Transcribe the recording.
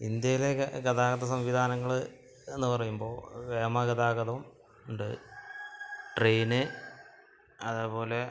ഇന്ത്യയിലെ ഗതാഗത സംവിധാനങ്ങളെന്ന് പറയുമ്പോൾ വ്യോമ ഗതാഗതവും ഉണ്ട് ട്രെയിന് അതേപോലെ